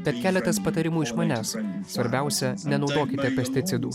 bet keletas patarimų iš manęs svarbiausia nenaudokite pesticidų